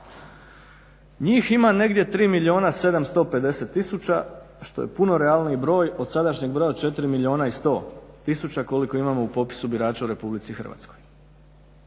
Njih ima negdje 3 750 000 što je puno realniji broj od sadašnjeg broja 4 100 000 koliko imamo u popisu birača u Republici Hrvatskoj.